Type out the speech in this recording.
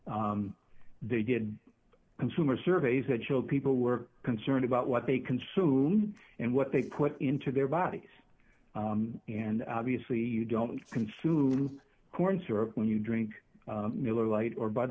how they did consumer surveys that show people were concerned about what they consumed and what they put into their bodies and obviously you don't consume corn syrup when you drink miller lite or bud